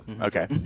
Okay